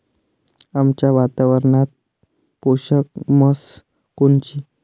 आमच्या वातावरनात पोषक म्हस कोनची?